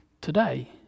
today